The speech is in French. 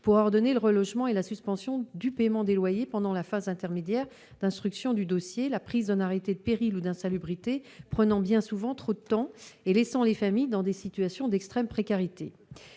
pour ordonner le relogement et la suspension du paiement des loyers pendant la phase intermédiaire d'instruction du dossier. La prise d'un arrêté de péril ou d'insalubrité prend bien souvent trop de temps, laissant les familles dans des situations d'extrême précarité.